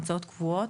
הוצאות קבועות,